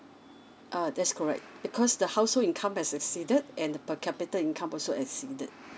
err that's correct because the house so income has exceeded and the per capita income also exceeded